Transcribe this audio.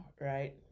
right